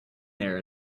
there